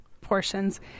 portions